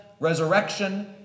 resurrection